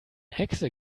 hexe